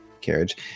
carriage